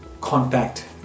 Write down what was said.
contact